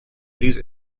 these